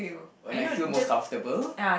when I feel most comfortable